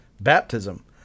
baptism